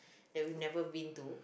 that we've never been to